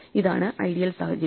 ഇതാണ് ഐഡിയൽ സാഹചര്യം